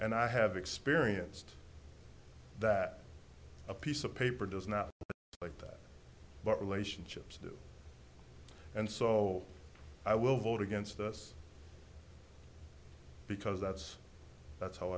and i have experienced that a piece of paper does not like that but relationships do and so i will vote against us because that's that's how